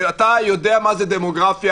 אתה יודע מה זה דמוגרפיה,